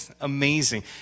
amazing